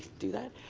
do that.